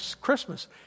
Christmas